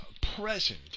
present